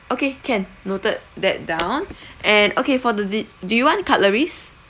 okay can noted that down and okay for the de~ do you want cutleries